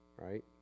Right